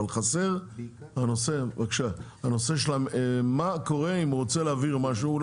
אבל חסר הנושא של מה קורה אם הוא רוצה להבהיר משהו.